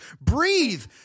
breathe